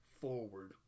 forward